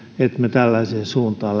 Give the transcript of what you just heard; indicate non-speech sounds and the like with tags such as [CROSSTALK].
että me tällaiseen suuntaan [UNINTELLIGIBLE]